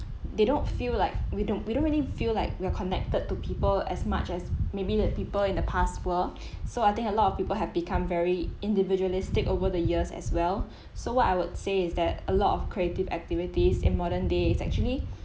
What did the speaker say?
they don't feel like we don't we don't really feel like we are connected to people as much as maybe the people in the pass were so I think a lot of people have become very individualistic over the years as well so what I would say is that a lot of creative activities in modern day is actually